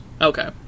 Okay